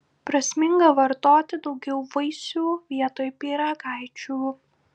prasminga vartoti daugiau vaisių vietoj pyragaičių